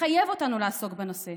מחייב אותנו לעסוק בנושא: